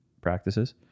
practices